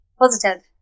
positive